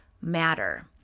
matter